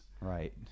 Right